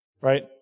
right